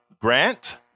Grant